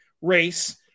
race